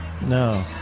No